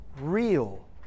Real